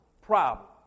problem